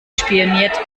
spioniert